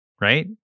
Right